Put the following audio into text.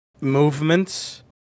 movements